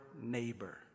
neighbor